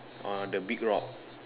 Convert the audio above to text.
on the big rock